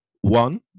one